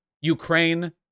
Ukraine